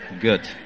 Good